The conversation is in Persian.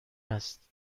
است